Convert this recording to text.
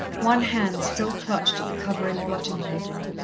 one hand still clutched at the covering blotting-paper,